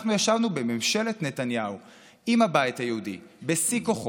אנחנו ישבנו בממשלת נתניהו עם הבית היהודי בשיא כוחו,